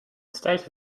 state